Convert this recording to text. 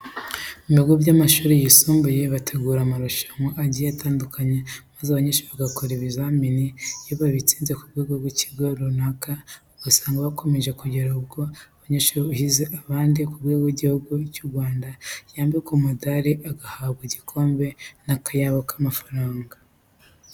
Mu bigo by'amashuri yisumbuye bategura amarushanwa agiye atandukanye maze abanyeshuri bagakora ibizamini iyo batsinze ku rwego rw'ikigo runaka, usanga bakomeje kugera ubwo umunyeshuri uhize abandi ku rwego rw'Igihugu cy'u Rwanda yambikwa umudari, agahabwa igikombe n'akayabo k'amafaranga.